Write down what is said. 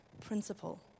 principle